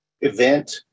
event